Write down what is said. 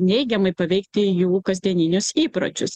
neigiamai paveikti jų kasdieninius įpročius